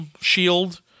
shield